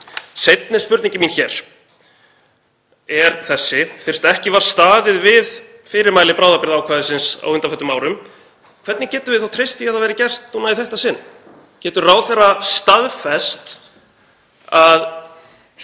Seinni spurningin mín er þessi: Fyrst ekki var staðið við fyrirmæli bráðabirgðaákvæðisins á undanförnum árum, hvernig getum við þá treyst því að það verði gert í þetta sinn? Getur ráðherra staðfest að